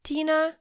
Tina